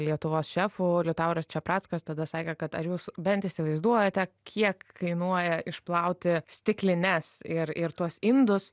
lietuvos šefų liutauras čeprackas tada sakė kad ar jūs bent įsivaizduojate kiek kainuoja išplauti stiklines ir ir tuos indus